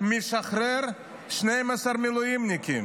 משחרר 12 מילואימניקים,